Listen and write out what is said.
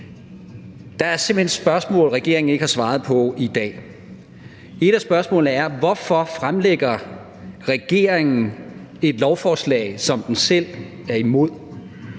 simpelt hen spørgsmål, regeringen ikke har svaret på i dag. Et af spørgsmålene er: Hvorfor fremlægger regeringen et lovforslag, som den selv er imod?